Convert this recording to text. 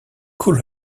cool